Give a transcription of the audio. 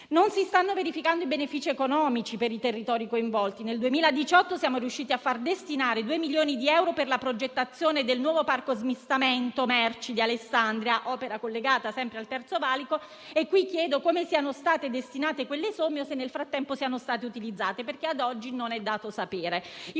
Non si stanno verificando i benefici economici per i territori coinvolti: nel 2018 siamo riusciti a far destinare due milioni di euro per la progettazione del nuovo parco smistamento merci di Alessandria, opera collegata sempre al Terzo valico, e qui chiedo come siano state destinate quelle somme o se nel frattempo siano state utilizzate, perché ad oggi non è dato sapere.